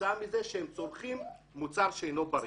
כתוצאה מכך שהם צורכים מוצר שאינו בריא.